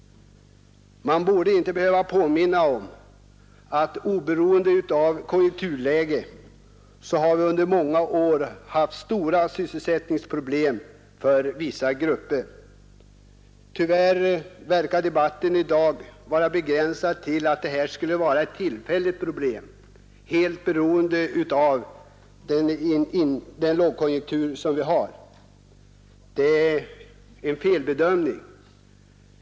Man borde inte behöva påminna om att vi, oberoende av konjunkturläge, under många år haft stora sysselsättningsproblem för vissa grupper. Debatten i dag synes tyvärr vara begränsad till ett tillfälligt problem, helt beroende av den lågkonjunktur vi har i dag. Det är en felbedömning.